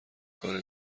کار